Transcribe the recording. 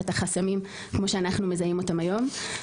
את החסמים כמו שאנחנו מזהים אותם היום.